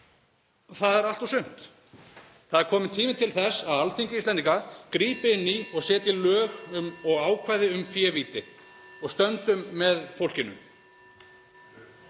það er allt og sumt. Það er kominn tími til þess að Alþingi Íslendinga grípi inn í og setji lög og ákvæði um févíti. Stöndum með fólkinu.